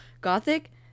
gothic